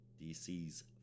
dc's